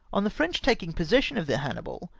on the french taking possession of the hannibal,